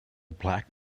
black